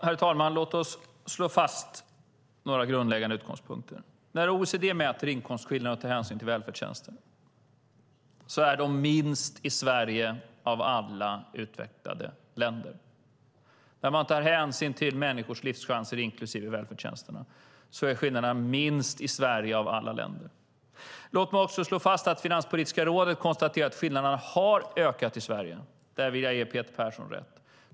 Herr talman! Låt oss slå fast några grundläggande utgångspunkter. När OECD mäter inkomstskillnaderna och tar hänsyn till välfärdstjänsterna är de minst i Sverige av alla utvecklade länder. När man tar hänsyn till människors livschanser, inklusive välfärdstjänsterna, är skillnaderna minst i Sverige av alla länder. Låt mig också slå fast att Finanspolitiska rådet har konstaterat att skillnaderna har ökat i Sverige. Där vill jag ge Peter Persson rätt.